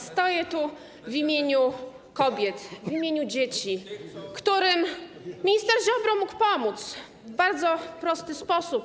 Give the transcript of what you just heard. Stoję tu w imieniu kobiet i w imieniu dzieci, którym minister Ziobro mógł pomóc w bardzo prosty sposób.